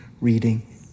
reading